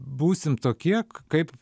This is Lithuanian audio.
būsim tokie k kaip